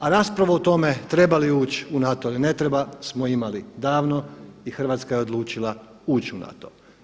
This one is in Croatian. A raspravu o tome treba li ući u NATO ili ne treba smo imali davno i Hrvatska je odlučila ući u NATO.